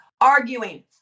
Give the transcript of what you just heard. arguing